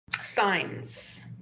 signs